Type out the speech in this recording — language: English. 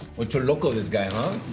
but so loco this guy, huh?